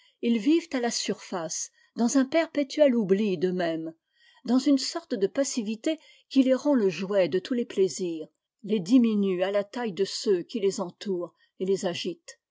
ils vivent à lasurfacedansun perpétue oubli d'euxmêmes dans une sorte de passivité qui les rend le jouet de tous les plaisirs les diminue à la taille de ceux qui les entourent et les agitent